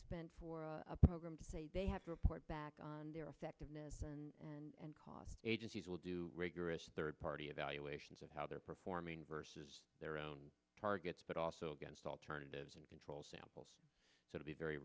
spent for a program to say they have to report back on their effectiveness and and cost agencies will do rigorous third party evaluations of how they're performing versus their own targets but also against alternatives and control samples so